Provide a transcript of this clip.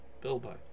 Bilbo